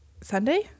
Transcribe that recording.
Sunday